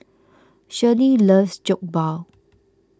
Shirlie loves Jokbal